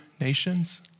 nations